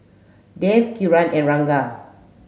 Dev Kiran and Ranga